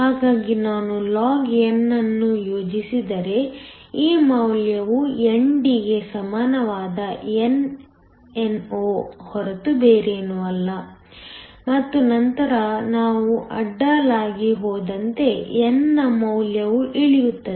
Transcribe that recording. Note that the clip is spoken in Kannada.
ಹಾಗಾಗಿ ನಾನು log ಅನ್ನು ಯೋಜಿಸಿದರೆ ಈ ಮೌಲ್ಯವು ND ಗೆ ಸಮಾನವಾದ nno ಹೊರತು ಬೇರೇನೂ ಅಲ್ಲ ಮತ್ತು ನಂತರ ನೀವು ಅಡ್ಡಲಾಗಿ ಹೋದಂತೆ n ನ ಮೌಲ್ಯವು ಇಳಿಯುತ್ತದೆ